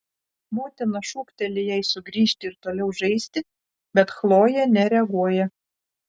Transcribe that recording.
motina šūkteli jai sugrįžti ir toliau žaisti bet chlojė nereaguoja